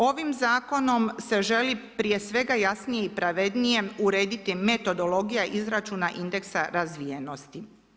Ovim zakonom se želi prije svega jasnije i pravednije urediti metodologija izračuna indeksa razvijenosti.